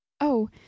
Oh